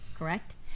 Correct